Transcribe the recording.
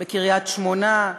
בקריית-שמונה,